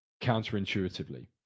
Counterintuitively